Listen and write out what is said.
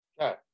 Okay